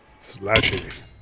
Slashy